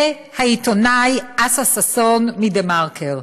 והעיתונאי אסא ששון מדה-מרקר.